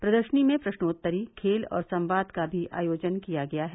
प्रदर्शनी में प्रश्नोत्तरी खेल और संवाद का भी आयोजन किया गया है